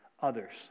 others